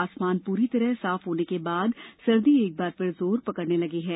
आसमान पूरी तरह साफ होने के बाद सर्दी एक बार फिर जोर पकडने लगी है